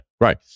Right